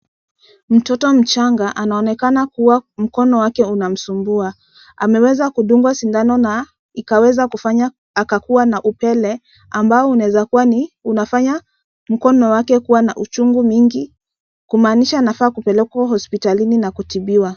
Mtoto mchanga anaonekana kuwa mkono wake unamsumbua. Ameweza kudungwa sindano na ikaweza kufanya akakuwa na upele ambao unaweza kuwa ni unafanya mkono wake una uchungu mingi, kumaanisha anafaa kupelekwa hospitalini na kutibiwa.